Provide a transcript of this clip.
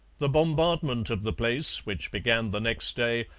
the bombardment of the place, which began the next day,